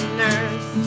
nurse